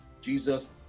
Jesus